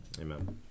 Amen